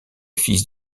fils